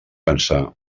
pensar